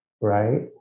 right